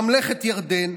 ממלכת ירדן,